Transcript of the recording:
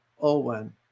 Owen